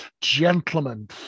gentlemen